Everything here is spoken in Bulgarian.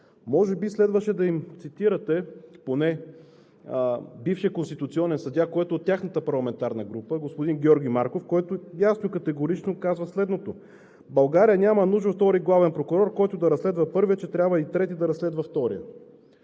Може би следваше да им цитирате поне бившия конституционен съдия, който е от тяхната парламентарна група – господин Георги Марков, който ясно и категорично казва следното: България няма нужда от втори главен прокурор, който да разследва първия, че трябва и трети да разследва и втория.